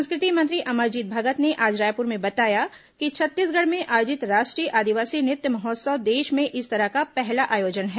संस्कृति मंत्री अमरजीत भगत ने आज रायपुर में बताया कि छत्तीसगढ़ में आयोजित राष्ट्रीय आदिवासी नृत्य महोत्सव देश में इस तरह का पहला आयोजन है